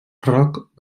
rock